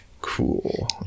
Cool